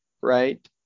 right